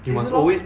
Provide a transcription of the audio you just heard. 就是 lor